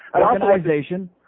Organization